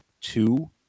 two